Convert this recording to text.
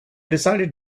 decided